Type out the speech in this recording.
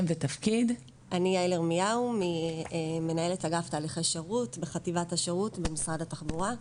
אני מנהלת אגף תהליכי שירות בחטיבת השירות במשרד התחבורה.